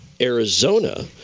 Arizona